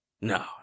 No